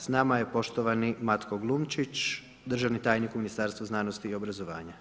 S nama je poštovani Matko Glunčić, državni tajnik u Ministarstvu znanosti i obrazovanja.